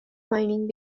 mining